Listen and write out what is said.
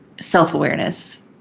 self-awareness